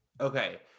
Okay